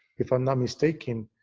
if i'm not mistaken,